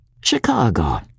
Chicago